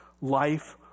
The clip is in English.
life